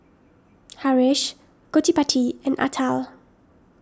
Haresh Gottipati and Atal